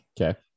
Okay